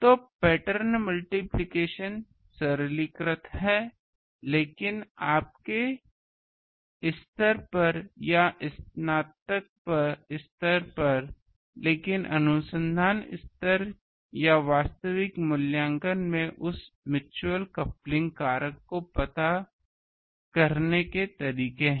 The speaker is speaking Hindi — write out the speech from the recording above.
तो पैटर्न मल्टिप्लिकेशन सरलीकृत है लेकिन आपके स्तर पर या स्नातक स्तर पर लेकिन अनुसंधान स्तर या वास्तविक मूल्यांकन में उस म्यूच्यूअल कपलिंग कारक को पता करने के तरीके हैं